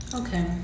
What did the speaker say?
okay